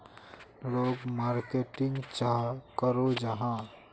लोग मार्केटिंग चाँ करो जाहा?